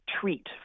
treat